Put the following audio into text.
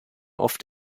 oft